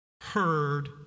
heard